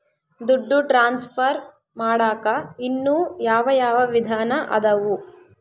ದುಡ್ಡು ಟ್ರಾನ್ಸ್ಫರ್ ಮಾಡಾಕ ಇನ್ನೂ ಯಾವ ಯಾವ ವಿಧಾನ ಅದವು?